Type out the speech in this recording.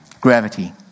Gravity